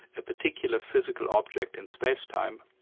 a particular physical object in space time,